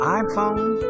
iPhone